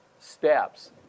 steps